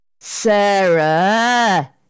Sarah